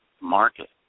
market